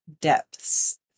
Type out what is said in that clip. depths